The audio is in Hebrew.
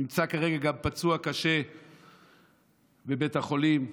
נמצא כרגע גם פצוע קשה בבית החולים.